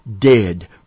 dead